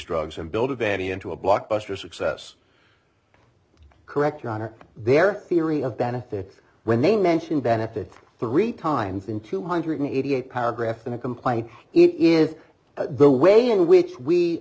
drugs and build a baby into a blockbuster success correct your honor their theory of benefits when they mention benefits three times in two hundred eighty eight paragraphs in a complaint it is the way in which we